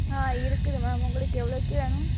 ஆ இருக்குது மேம் உங்களுக்கு எவ்ளோக்கு வேணும்